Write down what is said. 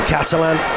Catalan